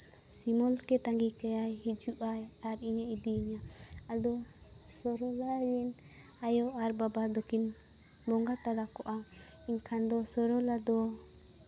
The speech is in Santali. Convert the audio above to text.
ᱥᱤᱢᱚᱞ ᱜᱮ ᱛᱟᱺᱜᱤ ᱠᱟᱭᱟᱭ ᱟᱨᱮ ᱦᱤᱡᱩᱜᱼᱟ ᱟᱨ ᱤᱧ ᱤᱫᱤ ᱤᱧᱟᱭ ᱟᱫᱚ ᱥᱚᱨᱚᱞᱟ ᱨᱮᱱ ᱟᱭᱳ ᱟᱨ ᱵᱟᱵᱟ ᱫᱚᱠᱤᱱ ᱵᱚᱸᱜᱟ ᱛᱟᱞᱟ ᱠᱚᱜᱼᱟ ᱮᱱᱠᱷᱟᱱ ᱫᱚ ᱥᱚᱨᱚᱞᱟ ᱫᱚ